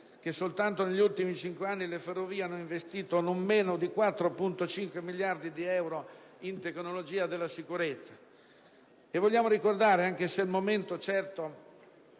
che soltanto negli ultimi cinque anni le Ferrovie hanno investito non meno di 4,5 miliardi di euro in tecnologia della sicurezza. Vogliamo inoltre ricordare (anche se, in considerazione